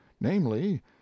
namely